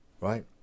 right